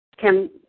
Kim